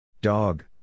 Dog